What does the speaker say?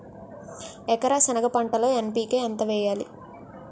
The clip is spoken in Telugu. ఎకర సెనగ పంటలో ఎన్.పి.కె ఎంత వేయాలి?